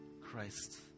Christ